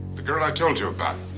the girl i told you about.